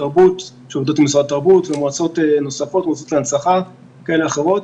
שעובדות עם משרד התרבות ומועצות נוספות להנצחה כאלה ואחרות,